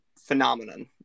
phenomenon